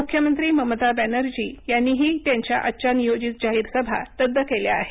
मुख्यमंत्री ममता बॅनर्जी यांनीही त्यांच्या आजच्या नियोजित जाहीर सभा रद्द केल्या आहेत